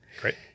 Great